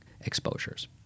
exposures